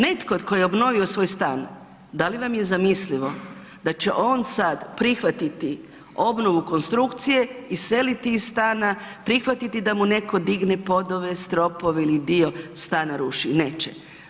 Netko tko je obnovio svoj stan, da li vam je zamislivo da će on sad prihvatiti obnovu konstrukcije, iseliti iz stana, prihvatiti da mu netko digne podove, stropove ili dio stana ruši, neće.